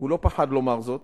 הוא לא פחד לומר זאת.